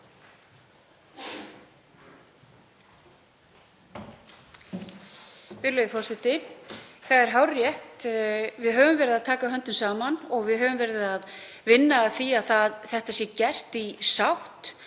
forseti. Það er hárrétt, við höfum verið að taka höndum saman og við höfum verið að vinna að því að þetta sé gert í sátt.